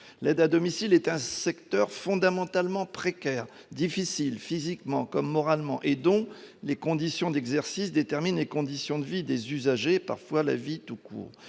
L'aide à domicile est un secteur d'activité fondamentalement précaire, difficile, physiquement comme moralement, où les conditions d'exercice déterminent les conditions de vie des usagers et, parfois, leur vie tout court.